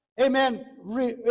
amen